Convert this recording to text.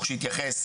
ירושלים,